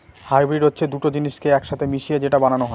hybrid হচ্ছে দুটো জিনিসকে এক সাথে মিশিয়ে যেটা বানানো হয়